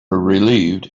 relieved